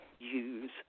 Use